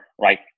right